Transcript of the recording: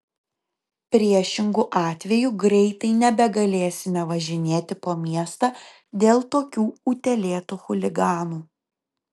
priešingu atveju greitai nebegalėsime važinėti po miestą dėl tokių utėlėtų chuliganų